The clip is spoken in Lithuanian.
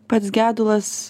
pats gedulas